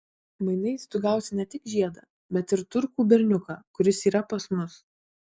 mainais tu gausi ne tik žiedą bet ir turkų berniuką kuris yra pas mus